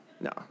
no